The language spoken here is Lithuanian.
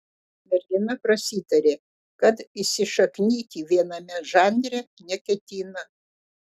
mergina prasitarė kad įsišaknyti viename žanre neketina